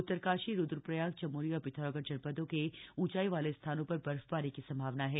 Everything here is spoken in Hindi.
उत्तरकाशी रुद्रप्रयाग चमोली और पिथौरागढ़ जनपदों के ऊंचाई वाले स्थानों पर बर्फबारी की संभावना है